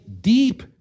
deep